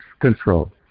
control